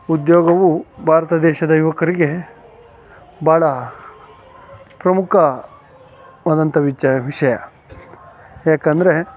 ಉದ್ಯೋಗವು ಭಾರತ ದೇಶದ ಯುವಕರಿಗೆ ಭಾಳ ಪ್ರಮುಖವಾದಂಥ ವಿಚಾರ ವಿಷಯ ಯಾಕಂದರೆ